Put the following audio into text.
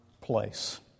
place